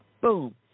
boom